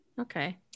Okay